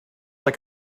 like